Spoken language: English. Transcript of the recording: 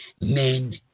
men